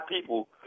people